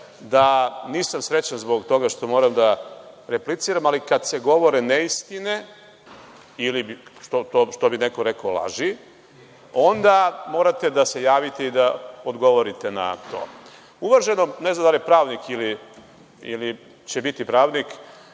da nisam srećan zbog toga što moram da repliciram, ali kad se govore neistine, ili, što bi neko rekao, laži, onda morate da se javite i da odgovorite na to. Uvaženom, ne znam da li je pravnik ili će biti pravnik,